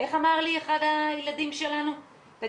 איך אמר לי אחד הילדים שלנו 'תגידי,